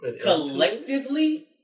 collectively